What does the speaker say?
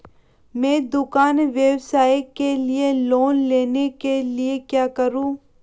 मैं दुकान व्यवसाय के लिए लोंन लेने के लिए क्या करूं?